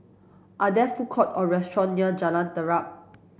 are there food court or restaurant near Jalan Terap